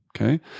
Okay